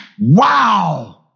wow